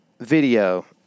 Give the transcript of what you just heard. video